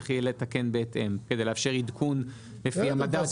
צריך יהיה לתקן בהתאם, כדי לאפשר עדכון לפי המדד.